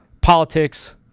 politics